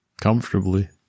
comfortably